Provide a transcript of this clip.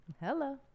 Hello